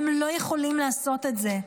הם לא יכולים לעשות את זה.